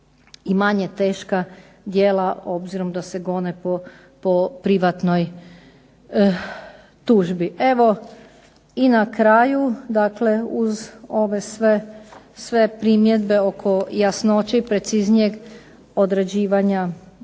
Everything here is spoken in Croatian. i manje teška djela obzirom da se gone po privatnoj tužbi. Evo i na kraju, dakle uz ove sve primjedbe oko jasnoće i preciznijeg određivanja